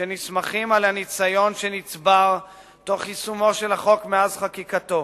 שנסמכים על הניסיון שנצבר תוך יישומו של החוק מאז חקיקתו.